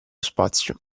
spazio